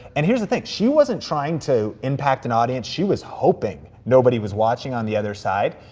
and here's the thing, she wasn't trying to impact an audience. she was hoping nobody was watching on the other side.